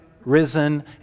risen